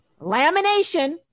lamination